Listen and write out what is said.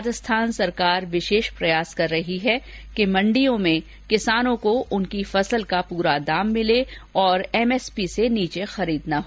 राजस्थान सरकार विशेष प्रयास कर रही है कि मण्डियों में किसानों को उनकी फसल का प्रया दाम मिले और एमएसपी से नीचे खरीद नहीं हो